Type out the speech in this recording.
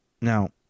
Now